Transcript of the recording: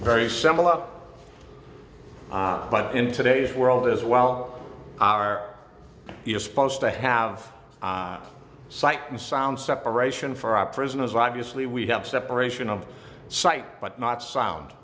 very simple up but in today's world as well are you supposed to have sight and sound separation for our prisoners obviously we have separation of sight but not sound